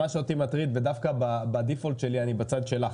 מה שאותי מטריד ודווקא בברירת המחדל שלי אני בצד שלך